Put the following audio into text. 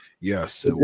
Yes